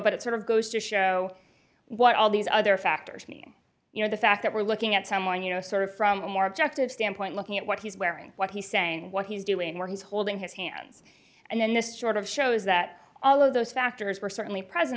but it sort of goes to show what all these other factors me you know the fact that we're looking at someone you know sort of from our objective standpoint looking at what he's wearing what he's saying what he's doing where he's holding his hands and then this short of show is that all of those factors were certainly present